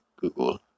Google